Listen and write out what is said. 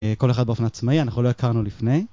כל אחד באופן עצמאי אנחנו לא הכרנו לפני.